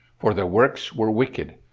for their works were wicked.